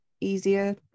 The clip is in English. easier